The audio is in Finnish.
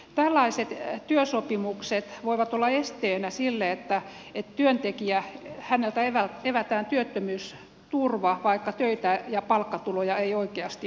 tällaiset työsopimukset voivat olla esteenä niin että työntekijältä evätään työttömyysturva vaikka töitä ja palkkatuloja ei oikeasti ole